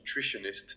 nutritionist